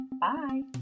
Bye